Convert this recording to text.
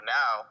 now